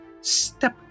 step